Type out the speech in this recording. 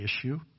issue